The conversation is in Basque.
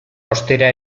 ostera